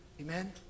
Amen